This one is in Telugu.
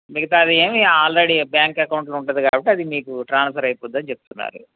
మిగతాది ఏమి ఆల్రెడీ బ్యాంక్ అకౌంట్లో ఉంటుంది కాబట్టి అది మీకు ట్రాన్సఫర్ అయిపోతుందని చెప్తున్నారు